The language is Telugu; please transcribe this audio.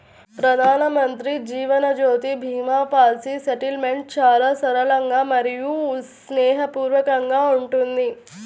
ప్రధానమంత్రి జీవన్ జ్యోతి భీమా పాలసీ సెటిల్మెంట్ చాలా సరళంగా మరియు స్నేహపూర్వకంగా ఉంటుంది